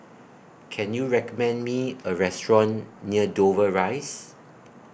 Can YOU recommend Me A Restaurant near Dover Rise